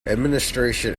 administration